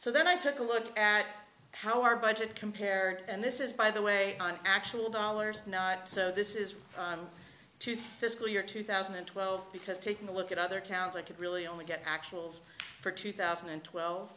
so then i took a look at how our budget compare and this is by the way on actual dollars so this is to fiscal year two thousand and twelve because taking a look at other counts i could really only get actuals for two thousand and twelve